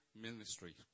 ministry